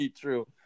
true